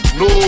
no